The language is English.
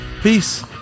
Peace